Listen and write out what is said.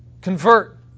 convert